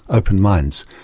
open minds.